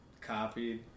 copied